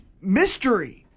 mystery